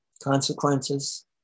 consequences